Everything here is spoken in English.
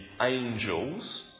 angels